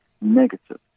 negative